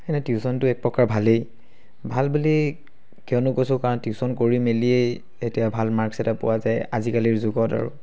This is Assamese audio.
সেনে টিউশ্যনটো একপ্ৰকাৰ ভালেই ভাল বুলি কিয়নো কৈছোঁ কাৰণ টিউশ্যন কৰি মেলিয়ে এতিয়া ভাল মাৰ্কছ এটা পোৱা যায় আজিকালিৰ যুগত আৰু